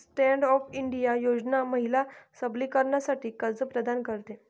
stand up India योजना महिला सबलीकरणासाठी कर्ज प्रदान करते